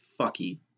fucky